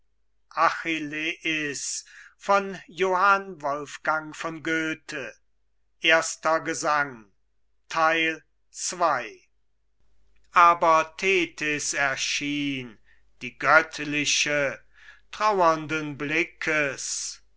seligkeit alle aber thetis erschien die göttliche traurendes blickes